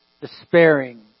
Despairing